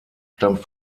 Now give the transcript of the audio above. stammt